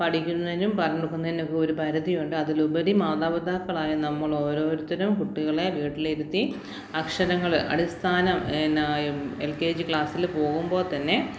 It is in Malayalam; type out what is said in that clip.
പഠിക്കുന്നതിനും പറഞ്ഞ് കൊടുക്കുന്നതിനൊക്കെ ഒരു പരിധിയുണ്ട് അതിലുപരി മാതാപിതാക്കളായ നമ്മളോരോരുത്തരും കുട്ടികളെ വീട്ടിലിരുത്തി അക്ഷരങ്ങള് അടിസ്ഥാനം എന്നായം എൽ കെ ജി ക്ലാസ്സില് പോകുമ്പോള് തന്നെ